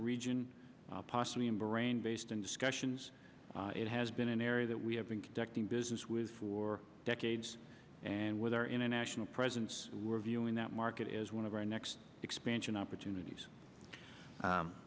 region possibly in bahrain based in discussions it has been an area that we have been conducting business with for decades and with our international presence we're viewing that market as one of our next expansion opportunities